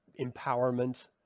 empowerment